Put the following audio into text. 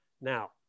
Now